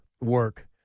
work